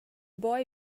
boy